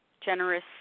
generous